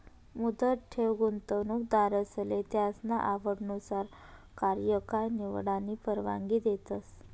मुदत ठेव गुंतवणूकदारसले त्यासना आवडनुसार कार्यकाय निवडानी परवानगी देतस